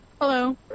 Hello